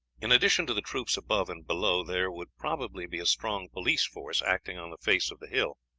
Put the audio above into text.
in addition to the troops above and below, there would probably be a strong police force, acting on the face of the hill.